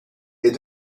est